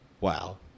Wow